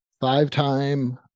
five-time